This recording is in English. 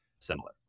similar